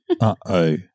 Uh-oh